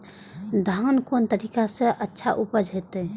धान कोन तरीका से अच्छा उपज होते?